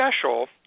special